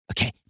Okay